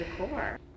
decor